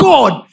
God